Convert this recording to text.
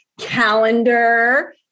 calendar